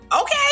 Okay